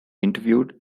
interviewed